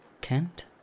Kent